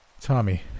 Tommy